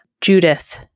Judith